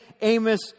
Amos